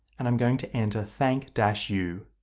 and i'm going to enter thank, dash, you.